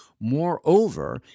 Moreover